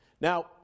Now